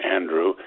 Andrew